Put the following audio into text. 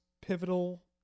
pivotal